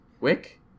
wick